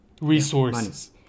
resources